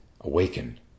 awaken